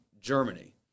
Germany